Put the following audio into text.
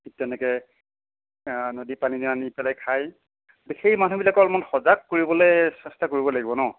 ঠিক তেনেকৈ নদী পানীকে আনি পেলাই খায় গতিকে সেই মানুহবিলাকক অলপমান সজাগ কৰিবলৈ চেষ্টা কৰিব লাগিব ন